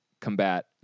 combat